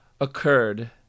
Occurred